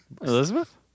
Elizabeth